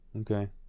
Okay